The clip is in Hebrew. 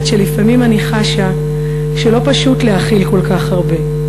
עד שלפעמים אני חשה שלא פשוט להכיל כל כך הרבה,